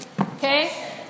Okay